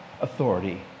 authority